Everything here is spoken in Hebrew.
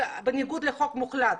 בניגוד לחוק מוחלט,